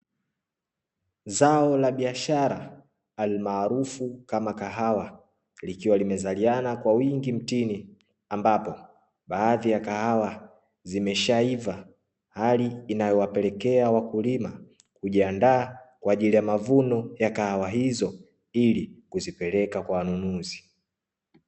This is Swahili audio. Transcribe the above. Zao la biashara maarufu kama kahawa likiwa limezaliana kwa wingi mtini, ambapo baadhi ya kahawa zimesha iva hali inayowapelekea wakulima kujiandaa, kwaajili ya mavuno ya kahawa hizo ili kuzipeleka kwa wanunuzi.